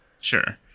Sure